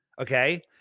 okay